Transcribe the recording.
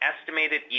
estimated